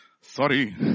Sorry